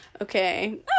Okay